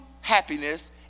happiness